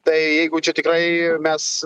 tai jeigu čia tikrai mes